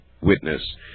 witness